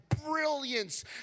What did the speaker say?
brilliance